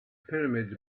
pyramids